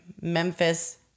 Memphis